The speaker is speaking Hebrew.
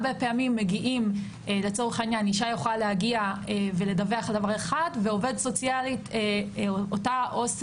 הרבה פעמים אישה יכולה להגיע ולדווח על דבר אחד ואותה עו"ס